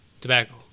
tobacco